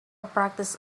practice